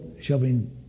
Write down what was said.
shoving